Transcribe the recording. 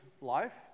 life